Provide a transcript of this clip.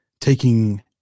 taking